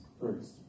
first